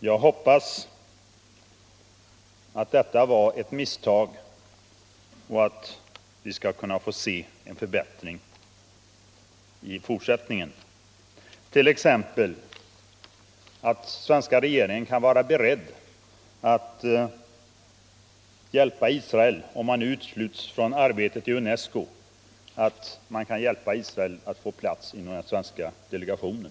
Jag hoppas att detta var ett misstag och att vi skall få se en förbättring i fortsättningen, t.ex. att den svenska regeringen kan vara beredd att hjälpa Israel — om det nu utesluts från arbetet i UNESCO — att få plats inom den svenska delegationen.